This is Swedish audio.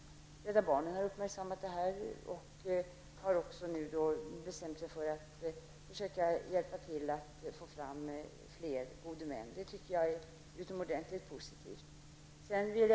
Rädda barnen har uppmärksammat detta och har nu bestämt sig för att försöka hjälpa till att få fram fler gode män. Jag tycker att det är utomordentligt positivt.